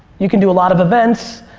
you can do a lot of events,